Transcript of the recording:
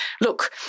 look